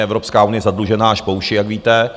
Evropská unie je zadlužená až po uši, jak víte.